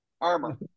Armor